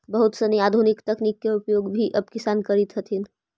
बहुत सनी आधुनिक तकनीक के उपयोग भी अब किसान करित हथिन